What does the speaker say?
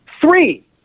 Three